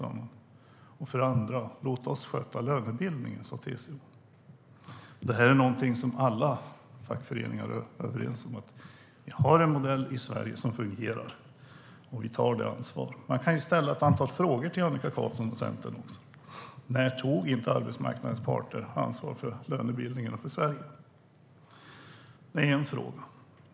För det andra sa TCO: Låt oss sköta lönebildningen. Detta är någonting som alla fackföreningar är överens om. Vi har en modell i Sverige som fungerar, och vi tar ansvar. Man kan ställa ett antal frågor till Annika Qarlsson och Centern. När tog inte arbetsmarknadens parter ansvar för lönebildningen och Sverige? Det är en fråga.